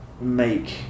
make